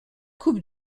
coupe